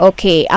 Okay